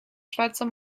schweizer